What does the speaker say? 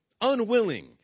unwilling